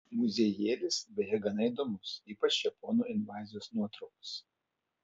muziejėlis beje gana įdomus ypač japonų invazijos nuotraukos